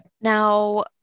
Now